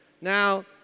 Now